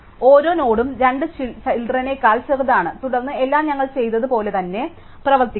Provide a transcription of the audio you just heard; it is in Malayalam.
അതിനാൽ ഓരോ നോഡും രണ്ട് ചിൽഡ്രനേക്കാൾ ചെറുതാണ് തുടർന്ന് എല്ലാം ഞങ്ങൾ ചെയ്തതുപോലെ തന്നെ പ്രവർത്തിക്കും